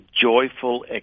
joyful